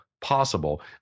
possible